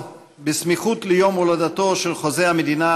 בסמיכות ליום הולדתו של חוזה המדינה,